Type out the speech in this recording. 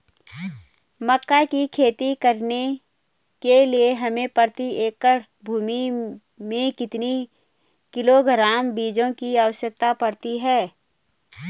मक्का की खेती करने के लिए हमें प्रति एकड़ भूमि में कितने किलोग्राम बीजों की आवश्यकता पड़ती है?